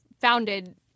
founded